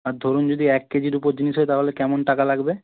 আর ধরুন যদি এক কেজির উপর জিনিস হয় তাহলে কেমন টাকা লাগবে